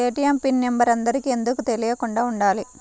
ATM pin number అందరికి ఎందుకు తెలియకుండా ఉండాలి?